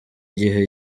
igihe